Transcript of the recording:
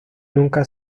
nunca